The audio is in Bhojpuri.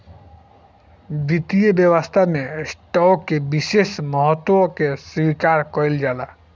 वित्तीय व्यवस्था में स्टॉक के विशेष महत्व के स्वीकार कईल जाला